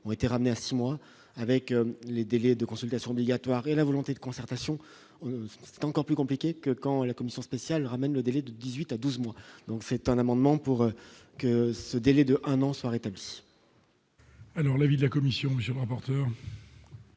ont été ramenés à 6 mois avec les délais de consultation obligatoire et la volonté de concertation, c'est encore plus compliqué que quand la commission spéciale ramène le délai de 18 à 12 mois donc c'est un amendement pour que ce délai de un an, soit rétablie. Alors l'avis de la Commission, monsieur le rapporteur.